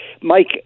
Mike